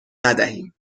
ندهیم